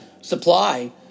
supply